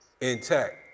intact